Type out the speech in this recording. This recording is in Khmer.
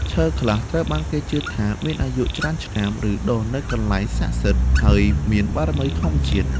ឈើខ្លះត្រូវបានគេជឿថាមានអាយុច្រើនឆ្នាំ ឬដុះនៅកន្លែងស័ក្តិសិទ្ធិ ហើយមានបារមីធម្មជាតិ។